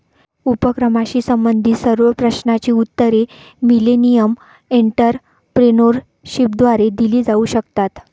उपक्रमाशी संबंधित सर्व प्रश्नांची उत्तरे मिलेनियम एंटरप्रेन्योरशिपद्वारे दिली जाऊ शकतात